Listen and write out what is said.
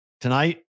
tonight